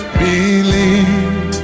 believe